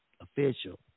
official